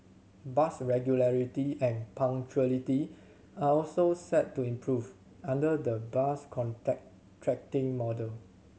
bus regularity and punctuality are also set to improve under the bus model